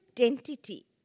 identity